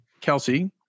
Kelsey